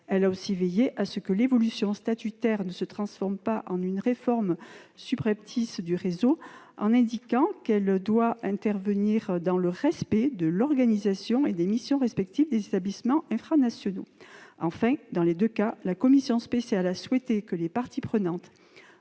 Elle a aussi veillé à ce que l'évolution statutaire ne se transforme pas en une réforme subreptice du réseau, en indiquant que cette évolution doit intervenir dans le respect de l'organisation et des missions respectives des établissements infranationaux. Enfin, dans les deux cas, la commission spéciale a souhaité que les parties prenantes,